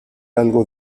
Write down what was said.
algo